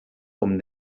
com